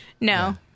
No